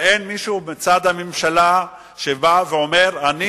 ואין מישהו מצד הממשלה שבא ואומר: אני